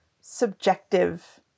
subjective